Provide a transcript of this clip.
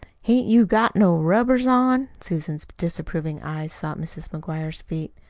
hain't you got no rubbers on? susan's disapproving eyes sought mrs. mcguire's feet.